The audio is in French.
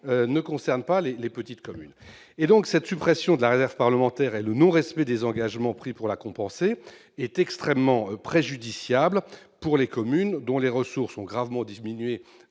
évidemment pas les petites communes. La suppression de la réserve parlementaire et le non-respect des engagements pris pour la compenser sont extrêmement préjudiciables aux communes dont les ressources ont gravement diminué